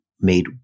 made